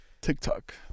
TikTok